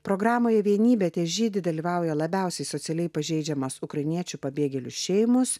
programoje vienybė težydi dalyvauja labiausiai socialiai pažeidžiamas ukrainiečių pabėgėlių šeimos